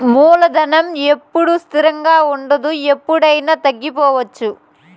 మూలధనం ఎప్పుడూ స్థిరంగా ఉండదు ఎప్పుడయినా తగ్గిపోవచ్చు